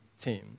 team